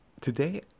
today